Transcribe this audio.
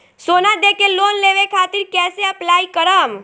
सोना देके लोन लेवे खातिर कैसे अप्लाई करम?